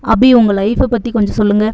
அபி உங்கள் லைஃபை பற்றி கொஞ்சம் சொல்லுங்கள்